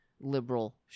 liberal